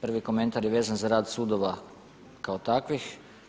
Prvi komentar je vezan za rad sudova kao takvih.